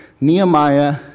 Nehemiah